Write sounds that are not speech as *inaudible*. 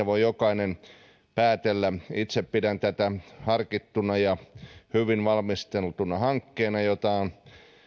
*unintelligible* voi jokainen päätellä itse pidän tätä harkittuna ja hyvin valmisteltuna hankkeena jota